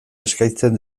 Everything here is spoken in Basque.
eskaintzen